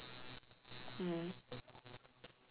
mm